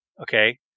Okay